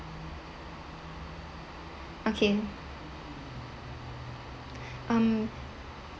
okay um